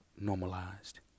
normalized